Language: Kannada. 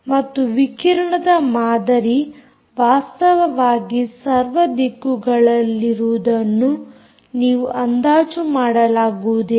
ಮತ್ತು ವಿಕಿರಣದ ಮಾದರಿ ವಾಸ್ತವವಾಗಿ ಸರ್ವ ದಿಕ್ಕುಗಳಲ್ಲಿರುವುದನ್ನು ನೀವು ಅಂದಾಜು ಮಾಡಲಾಗುವುದಿಲ್ಲ